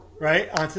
Right